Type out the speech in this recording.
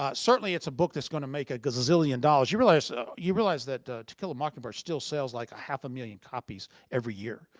ah certainly it's a book that's gonna make a gazillion dollars. you realize so you realize that to kill a mockingbird still sells like half a million copies every year.